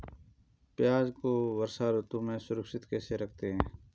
प्याज़ को वर्षा ऋतु में सुरक्षित कैसे रख सकते हैं?